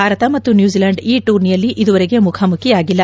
ಭಾರತ ಮತ್ತು ನ್ಯೂಜಿಲೆಂಡ್ ಈ ಟೂರ್ನಿಯಲ್ಲಿ ಇದುವರೆಗೆ ಮುಖಾಮುಖಿಯಾಗಿಲ್ಲ